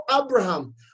Abraham